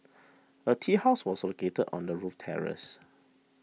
a tea house was located on the roof terrace